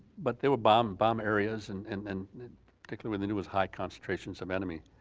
but they would bomb bomb areas and and and particularly the newest high concentrations of enemy.